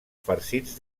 farcits